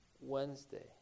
Wednesday